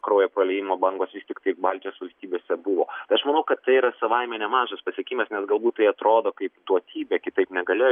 kraujo praliejimo bangos vis tiktai baltijos valstybėse buvo aš manau kad tai yra savaime nemažas pasiekimas nes galbūt tai atrodo kaip duotybė kitaip negaėjo